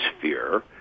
fear